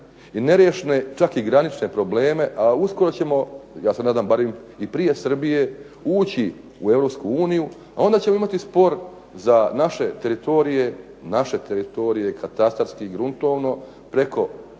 i neriješene čak i granične probleme a uskoro ćemo ja se nadam i prije Srbije ući u Europsku uniju, a onda ćemo imati spor za naše teritorije, naše teritorije katastarski, gruntovno preko